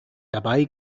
dabei